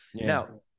Now